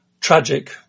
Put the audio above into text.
tragic